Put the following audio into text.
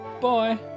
Bye